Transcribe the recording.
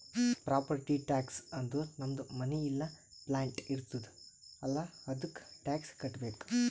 property tax ಅಂದುರ್ ನಮ್ದು ಮನಿ ಇಲ್ಲಾ ಪ್ಲಾಟ್ ಇರ್ತುದ್ ಅಲ್ಲಾ ಅದ್ದುಕ ಟ್ಯಾಕ್ಸ್ ಕಟ್ಟಬೇಕ್